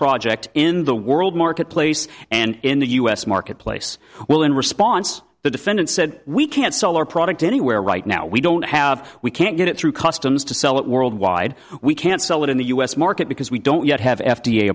project in the world marketplace and in the u s marketplace will in response the defendant said we can't sell our product anywhere right now we don't have we can't get it through customs to sell it worldwide we can't sell it in the u s market because we don't yet have f